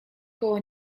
koło